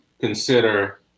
consider